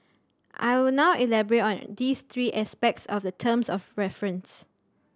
I will now elaborate on these three aspects of the terms of reference